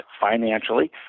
financially